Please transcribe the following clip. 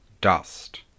Dust